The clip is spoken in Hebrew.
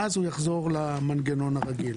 ואז הוא יחזור למנגנון הרגיל.